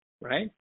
Right